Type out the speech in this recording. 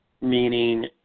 meaning